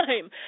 time